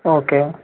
okay